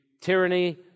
tyranny